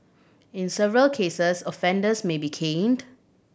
in severe cases offenders may be caned